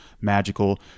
magical